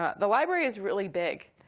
ah the library is really big,